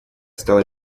стало